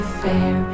fair